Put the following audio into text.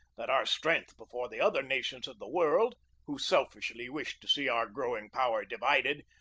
that our strength before the other nations of the world, who selfishly wished to see our growing power divided,